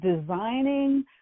designing